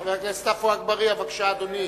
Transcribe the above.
חבר הכנסת עפו אגבאריה, בבקשה, אדוני.